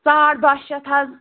ساڑ بَہہ شَتھ حظ